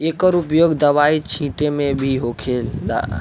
एकर उपयोग दवाई छींटे मे भी होखेला